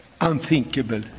unthinkable